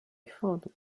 thought